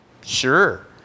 Sure